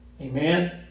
Amen